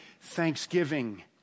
thanksgiving